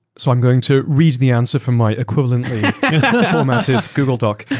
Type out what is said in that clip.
so i'm going to read the answer from my equivalently formatted google doc.